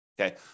Okay